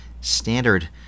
standard